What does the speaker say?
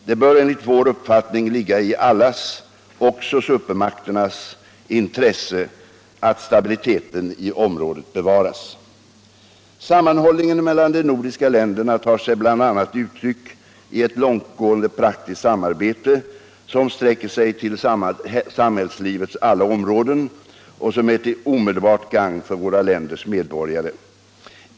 Det bör enligt vår uppfattning ligga i allas, också supermakternas, intresse att stabiliteten i området bevaras. Sammanhållningen mellan de nordiska länderna tar sig bl.a. uttryck i ett långtgående praktiskt samarbete som sträcker sig till samhällslivets alla områden och som är till omedelbart gagn för våra länders medborgare.